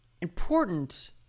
important